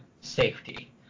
safety